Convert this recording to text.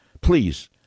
Please